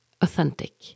authentic